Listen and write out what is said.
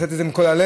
עשית את זה מכל הלב,